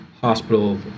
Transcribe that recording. hospital